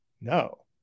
no